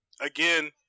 Again